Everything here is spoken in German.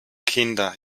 kinder